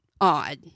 odd